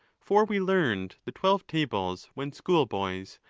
for we learned the twelve tables when schoolboys,